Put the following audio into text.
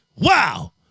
Wow